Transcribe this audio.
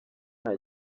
nta